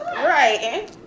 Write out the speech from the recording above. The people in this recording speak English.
right